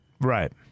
Right